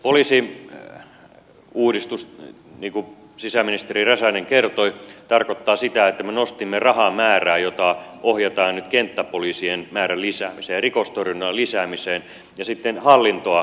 poliisiuudistus niin kuin sisäministeri räsänen kertoi tarkoittaa sitä että me nostimme rahamäärää jota ohjataan nyt kenttäpoliisien määrän lisäämisen ja rikostorjunnan lisäämiseen ja sitten hallintoa kevennetään